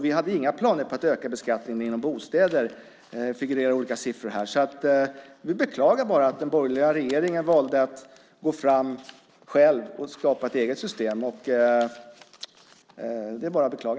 Vi hade inga planer på att öka beskattningen inom bostäder. Det figurerar olika siffror här. Vi beklagar alltså bara att den borgerliga regeringen valde att själv gå fram och skapa ett eget system. Det är bara att beklaga.